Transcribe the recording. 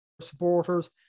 supporters